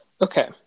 Okay